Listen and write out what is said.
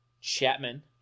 Chapman